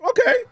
okay